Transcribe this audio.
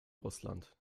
russland